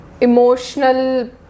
emotional